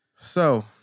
So-